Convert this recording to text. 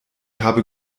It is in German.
habe